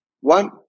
One